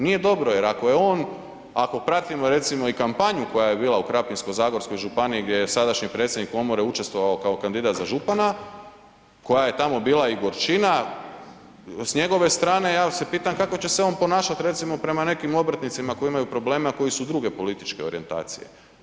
Nije dobro jer ako je on, ako pratimo recimo i kampanju koja je bila i Krapinsko-zagorskoj županiji gdje je sadašnji predsjednik komore učestvovao kao kandidat za župana, koja je tamo bila i gorčina s njegove strane, ja se pitam kako će se on ponašat recimo prema nekim obrtnicima koji imaju probleme a koji su druge politike orijentacije.